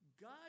God